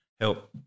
help